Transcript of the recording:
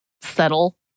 settle